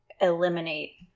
eliminate